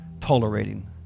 tolerating